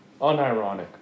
unironic